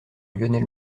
lionel